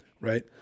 right